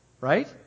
Right